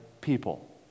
people